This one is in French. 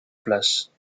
place